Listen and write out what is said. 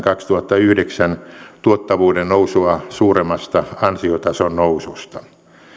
kaksituhattayhdeksän tuottavuuden nousua suuremmasta ansiotason noususta